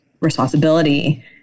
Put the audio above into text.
responsibility